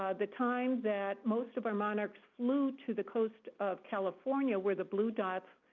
ah the times that most of our monarchs flew to the coast of california, where the blue dots